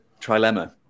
trilemma